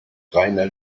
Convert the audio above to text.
reiner